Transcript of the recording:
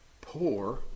Poor